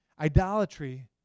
Idolatry